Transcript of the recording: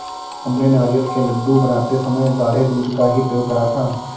हमने नारियल के लड्डू बनाते समय गाढ़े दूध का ही प्रयोग करा था